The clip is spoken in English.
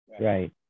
Right